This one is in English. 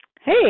Hey